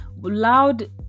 loud